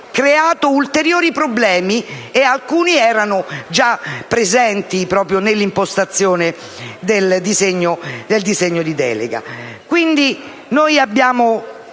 abbia creato ulteriori problemi, alcuni dei quali erano già presenti nell'impostazione del disegno di legge